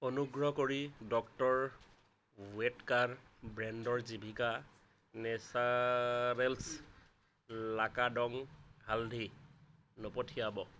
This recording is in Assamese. অনুগ্ৰহ কৰি ডক্টৰ ওৱেট্কাৰ ব্ৰেণ্ডৰ জিভিকা নেচাৰেল্ছ লাকাডং হালধি নপঠিয়াব